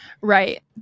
Right